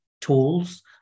tools